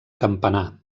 campanar